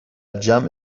جمع